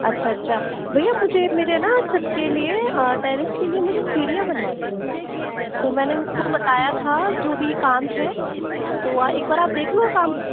अच्छा अच्छा भैया मुझे मेरे है ना छत के लिए टेरेस के लिए मुझे सीढ़ियां बनवानी थीं तो मैंने उनको बताया था जो भी काम है तो एक बार आप देख लो काम